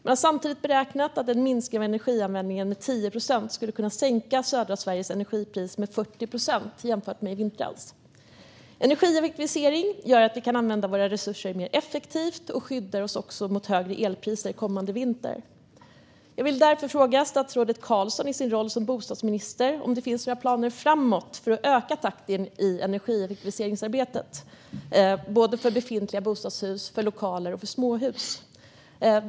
Man har samtidigt beräknat att en minskning av energianvändningen med 10 procent skulle kunna sänka södra Sveriges energipris med 40 procent jämfört med i vintras. Energieffektivisering gör att vi kan använda våra resurser mer effektivt och skyddar oss också mot högre elpriser kommande vinter. Jag vill därför fråga statsrådet Carlson, i hans roll som bostadsminister, om det finns några planer för att öka takten i energieffektiviseringsarbetet när det gäller befintliga bostadshus, lokaler och småhus.